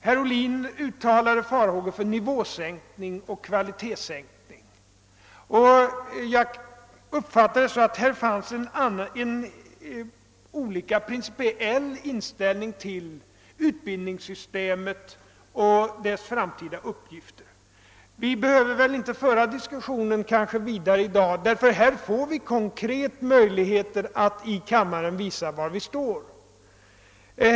Herr Ohlin uttalade farhågor för nivåsänkning och kvalitetsförsämring. Jag uppfattade det så, att det där förelåg en principiellt olika inställning till utbildningssystemet och dess framtida uppgifter. Vi behöver kanske inte föra den diskussionen vidare i dag, ty vi får här i kammaren möjligheter att konkret visa var vi står.